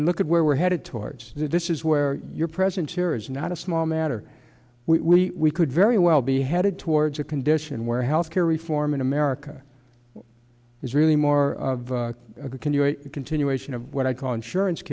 and look at where we're headed towards this is where your presence here is not a small matter we could very well be headed towards a condition where health care reform in america is really more of a continuation of what i call insurance